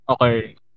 Okay